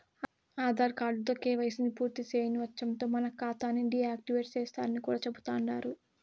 ఆదార్ కార్డుతో కేవైసీని పూర్తిసేయని వచ్చంలో మన కాతాని డీ యాక్టివేటు సేస్తరని కూడా చెబుతండారు